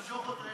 תמשוך אותו,